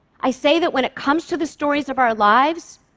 i say that when it comes to the stories of our lives,